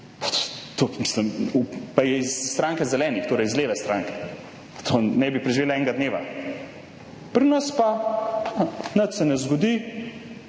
stranke? Pa je iz stranke Zelenih, torej iz leve stranke. Ne bi preživela enega dneva. Pri nas pa – nič se ne zgodi.